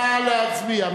נא להצביע.